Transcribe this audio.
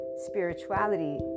spirituality